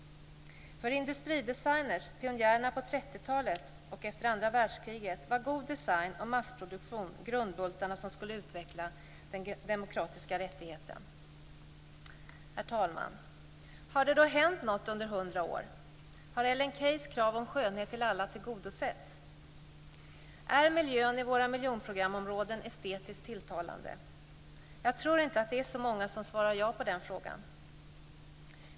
För industridesigner, pionjärerna på 30-talet och efter andra världskriget, var god design och massproduktion grundbultarna som skulle utveckla den demokratiska rättigheten. Herr talman! Har det då hänt något under 100 år? Har Ellen Keys krav på skönhet till alla tillgodosetts? Är miljön i våra miljonprogramområden estetiskt tilltalande? Jag tror inte det är så många som svarar ja på den frågan.